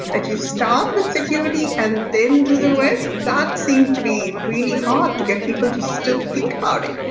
that you start with security and then do the rest, that seems to be really hard to get people to still think about it.